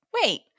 wait